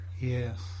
Yes